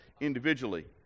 individually